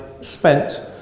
spent